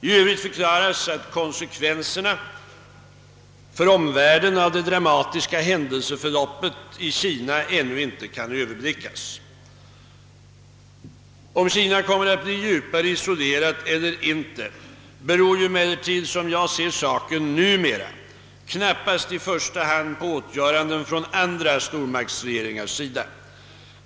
I övrigt förklaras att konsekvenserna för omvärlden av det dramatiska händelseförloppet i Kina ännu inte kan överblickas. Om Kina kommer att bli djupare isolerat eller inte, beror emellertid, såsom jag ser saken, numera knappast i första hand på åtgöranden från andra stormaktsregeringars sida.